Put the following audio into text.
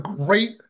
great